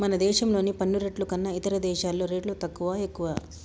మన దేశంలోని పన్ను రేట్లు కన్నా ఇతర దేశాల్లో రేట్లు తక్కువా, ఎక్కువా